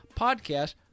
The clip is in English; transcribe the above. podcast